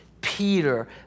Peter